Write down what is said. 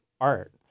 art